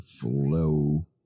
flow